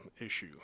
issue